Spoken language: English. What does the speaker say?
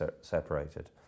separated